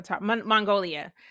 Mongolia